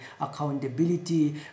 accountability